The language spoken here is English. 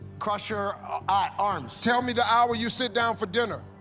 cross your ah arms. tell me the hour you sit down for dinner.